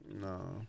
no